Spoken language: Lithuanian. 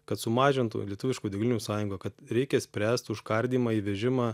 kad sumažintų lietuviškų degalinių sąjunga kad reikia spręst užkardymą įvežimą